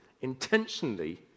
intentionally